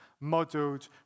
modeled